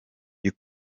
you